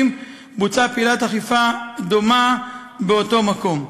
בוצעה פעולת אכיפה דומה באותו מקום.